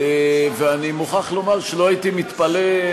ואני מוכרח לומר שלא הייתי מתפלא,